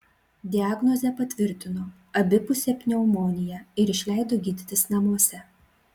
diagnozę patvirtino abipusė pneumonija ir išleido gydytis namuose